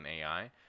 AI